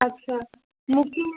अच्छा मूंखे